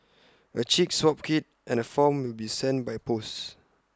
A cheek swab kit and A form will be sent by post